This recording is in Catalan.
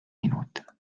minut